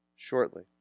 shortly